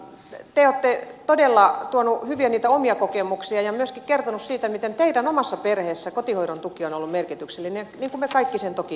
te olette todella tuoneet hyviä omia kokemuksia ja myöskin kertoneet siitä miten teidän omassa perheessänne kotihoidon tuki on ollut merkityksellinen niin kuin me kaikki sen toki tunnistamme